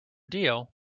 deal